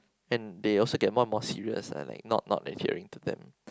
and they also get more and more serious ah like not not adhering to them